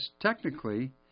technically